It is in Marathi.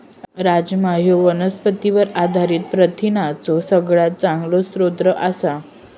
राजमा ह्यो वनस्पतींवर आधारित प्रथिनांचो सगळ्यात चांगलो स्रोत आसा